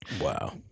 Wow